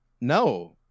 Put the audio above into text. No